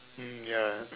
mm ya